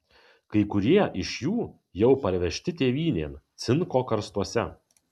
kai kurie iš jų jau parvežti tėvynėn cinko karstuose